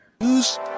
news